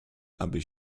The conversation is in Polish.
aby